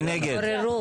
הרביזיה הוסרה.